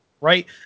Right